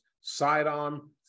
sidearm